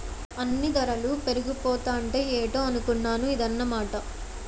అన్నీ దరలు పెరిగిపోతాంటే ఏటో అనుకున్నాను ఇదన్నమాట